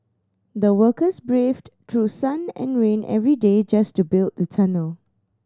the workers braved through sun and rain every day just to build the tunnel